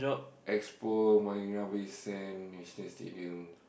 expo Marina-Bay-Sands National-Stadium